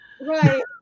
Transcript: Right